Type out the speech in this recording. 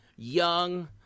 Young